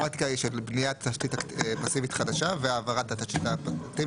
בפועל בניית תשתית פסיבית חדשה והעברת התשתית האקטיבית